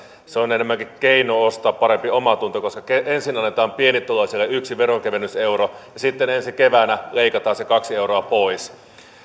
on enemmänkin keino ostaa parempi omatunto koska ensin annetaan pienituloisille yksi veronkevennyseuro ja sitten ensi keväänä leikataan kaksi euroa pois